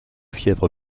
fièvre